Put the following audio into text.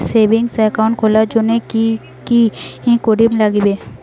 Savings account খুলির জন্যে কি কি করির নাগিবে?